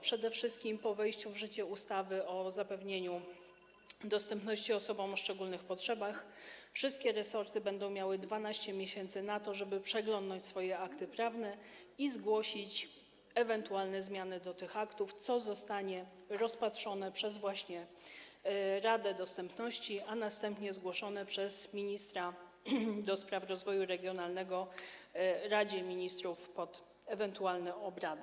Przede wszystkim po wejściu w życie ustawy o zapewnieniu dostępności osobom o szczególnych potrzebach wszystkie resorty będą miały 12 miesięcy na to, żeby przeglądnąć swoje akty prawne i zgłosić ewentualne zmiany do tych aktów, co zostanie rozpatrzone właśnie przez Radę Dostępności, a następnie zgłoszone przez ministra do spraw rozwoju regionalnego Radzie Ministrów pod ewentualne obrady.